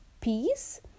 peace